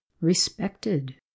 respected